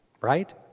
Right